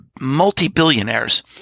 multi-billionaires